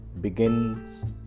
begins